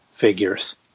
figures